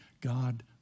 God